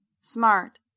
Smart